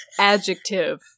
Adjective